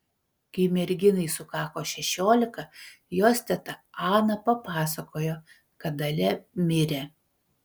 kai merginai sukako šešiolika jos teta ana papasakojo kad dalia mirė